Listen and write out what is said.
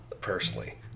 personally